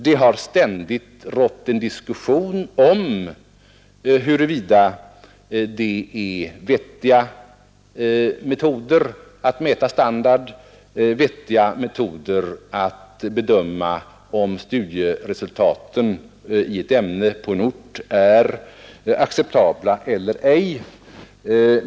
Det har ständigt pågått diskussion om huruvida detta är vettiga metoder att mäta standard, vettiga metoder att bedöma om studieresultaten i ett ämne på en ort är acceptabla eller ej.